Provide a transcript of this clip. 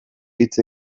hitz